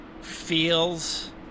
feels